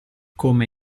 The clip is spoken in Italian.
come